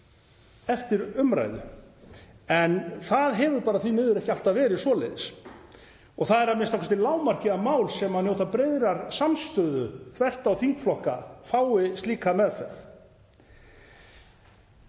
eftir umræðu. Það hefur því miður ekki alltaf verið svoleiðis og það er a.m.k. lágmark að mál sem njóta breiðrar samstöðu þvert á þingflokka fái slíka meðferð.